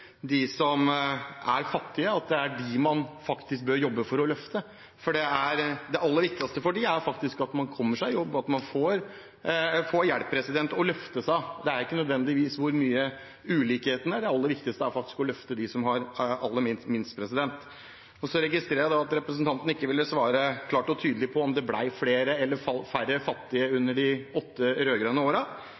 de som er utenfor arbeidslivet, de som sliter, de som er fattige, er de man faktisk bør jobbe for å løfte. Det aller viktigste for dem er faktisk å komme seg i jobb og få hjelp til å løfte seg. Det gjelder ikke nødvendigvis hvor stor ulikhet det er. Det aller viktigste er faktisk å løfte dem som har aller minst. Så registrerer jeg at representanten ikke ville svare klart og tydelig på om det ble flere eller færre fattige under de åtte